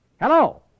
Hello